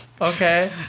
Okay